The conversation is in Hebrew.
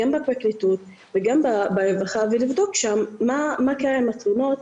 גם בפרקליטות וגם ברווחה ולבדוק שם מה קרה עם התלונות,